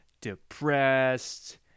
depressed